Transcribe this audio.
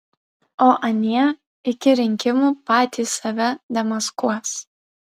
o anie iki rinkimų patys save demaskuos